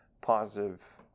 positive